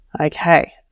Okay